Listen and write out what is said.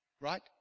Right